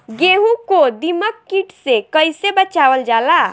गेहूँ को दिमक किट से कइसे बचावल जाला?